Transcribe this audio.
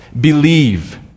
Believe